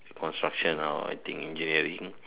construction or I think engineering